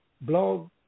Blog